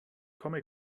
komme